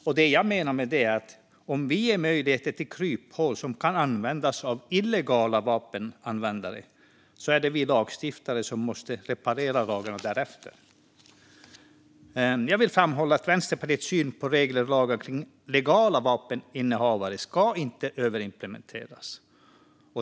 Med det menar jag att om vi ger möjlighet till kryphål som kan användas av illegala vapenanvändare är det också vi lagstiftare som måste reparera lagarna därefter. Jag vill framhålla att Vänsterpartiets syn är att regler och lagar kring legala vapeninnehavare inte ska överimplementeras.